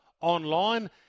online